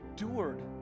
endured